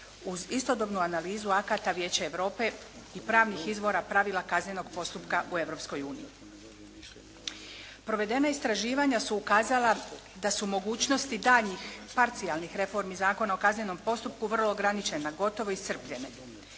uz istodobnu analizu akata Vijeća Europe i pravnih izvora pravila kaznenog postupka u Europskoj uniji. Provedena istraživanja su ukazla da su mogućnosti daljnjih parcijalnih reformi Zakona o kaznenom postupku vrlo ograničena, gotovo iscrpljene,